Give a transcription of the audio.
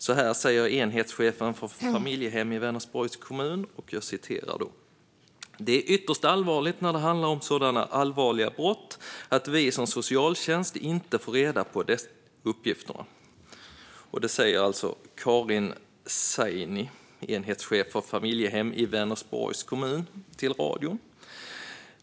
Så här säger enhetschefen för familjehem i Vänersborgs kommun: "Det är ytterst allvarligt när det handlar om så allvarliga brott att vi som socialtjänst inte får reda på de uppgifterna." Det säger alltså Karin Saini, enhetschef för familjehem i Vänersborgs kommun till radion.